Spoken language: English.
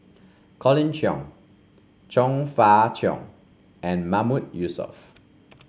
Colin Cheong Chong Fah Cheong and Mahmood Yusof